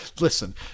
Listen